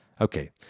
Okay